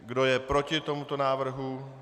Kdo je proti tomuto návrhu?